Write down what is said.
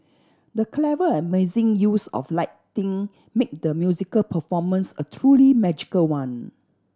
the clever and amazing use of lighting made the musical performance a truly magical one